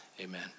amen